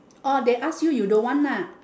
orh they ask you you don't want ah